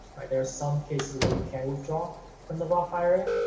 there are some cases where you can withdraw from the roth ira.